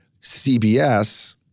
CBS